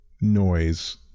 noise